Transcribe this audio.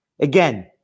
Again